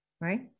Right